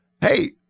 Hey